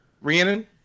Rhiannon